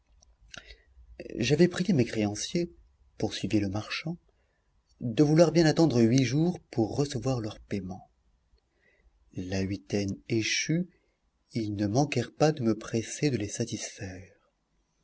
j'avais prié mes créanciers poursuivit le marchand de vouloir bien attendre huit jours pour recevoir leur paiement la huitaine échue ils ne manquèrent pas de me presser de les satisfaire